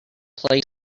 play